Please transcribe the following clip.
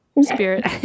spirit